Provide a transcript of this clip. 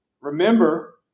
remember